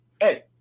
Hey